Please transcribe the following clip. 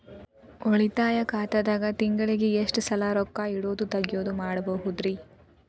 ಉಳಿತಾಯ ಖಾತೆದಾಗ ತಿಂಗಳಿಗೆ ಎಷ್ಟ ಸಲ ರೊಕ್ಕ ಇಡೋದು, ತಗ್ಯೊದು ಮಾಡಬಹುದ್ರಿ?